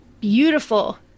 beautiful